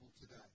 today